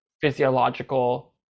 physiological